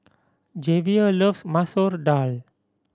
Javier loves Masoor Dal